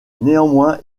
néanmoins